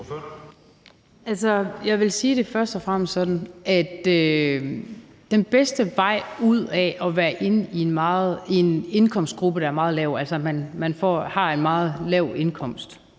den bedste vej ud af at være i en indkomstgruppe, der er meget lav, altså hvor man har en meget lav indkomst,